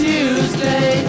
Tuesday